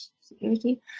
Security